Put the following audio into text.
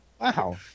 Wow